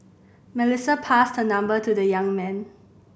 Melissa passed her number to the young man